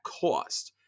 cost